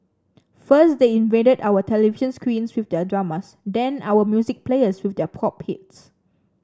first they invaded our television screens with their dramas then our music players with their pop hits